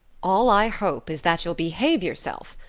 all i hope is that you'll behave yourself.